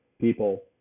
people